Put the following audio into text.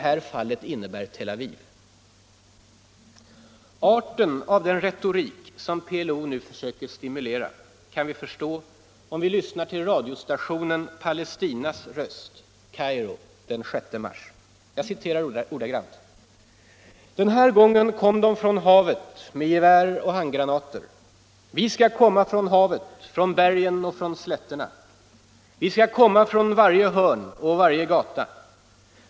Arten av den retorik som PLO nu söker stimulera kan vi förstå om vi lyssnar till radiostationen Palestinas röst, Kairo, den 6 mars: ”Den här gången kom de från havet med gevär och handgranater. Vi ska komma från havet, från bergen och från slätterna. Vi ska komma från varje hörn och varje gata.